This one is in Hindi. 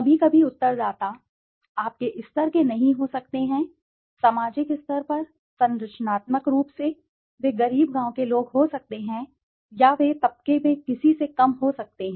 कभी कभी उत्तरदाता आपके स्तर के नहीं हो सकते हैं सामाजिक स्तर पर संरचनात्मक रूप से वे गरीब गाँव के लोग हो सकते हैं या वे तबके में किसी से कम हो सकते हैं